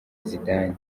zidane